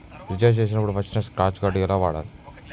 Recharge చేసినప్పుడు వచ్చిన scratch card ఎలా వాడాలి?